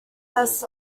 pests